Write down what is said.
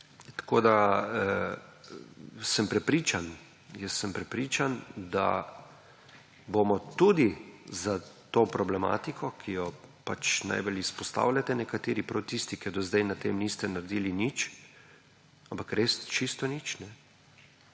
jaz sem prepričan, da bomo tudi za to problematiko, ki jo pač najbolj izpostavljate nekateri, prav tisti, ki do zdaj na tem niste naredili nič, ampak res čisto nič,